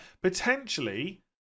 Potentially